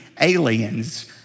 aliens